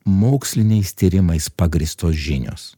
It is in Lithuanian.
moksliniais tyrimais pagrįstos žinios